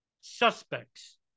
suspects